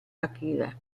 akira